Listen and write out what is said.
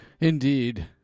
Indeed